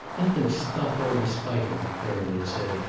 let them stop all this fighting, herman had said.